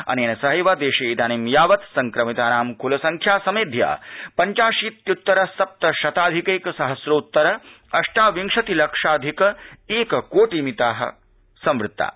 अनेन सहैव देशे इदानीं यावत् संक्रमितानां कुलसंख्या समेध्य पञ्चाशीत्युत्तर सप्त शताधिकैक सहस्रोत्तर अष्टाविंशति लक्षाधिक एककोटि मिता संवृत्ता